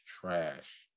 trash